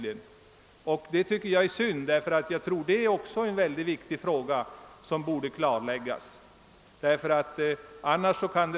Det tycker jag är synd eftersom jag anser att det rör sig om en mycket viktig fråga som borde klarläggas. Herr talman!